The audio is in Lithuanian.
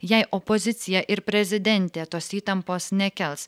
jei opozicija ir prezidentė tos įtampos nekels